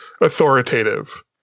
authoritative